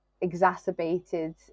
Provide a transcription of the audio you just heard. exacerbated